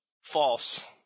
False